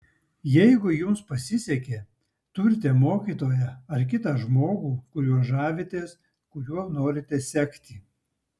jeigu jums pasisekė turite mokytoją ar kitą žmogų kuriuo žavitės kuriuo norite sekti